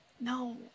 No